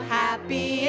happy